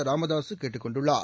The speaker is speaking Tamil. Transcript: ராமதாசு கேட்டுக் கொண்டுள்ளார்